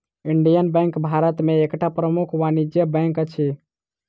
Indian Bank Bharat में एकटा प्रमुख वाणिज्य बैंक अछि